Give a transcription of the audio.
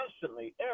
constantly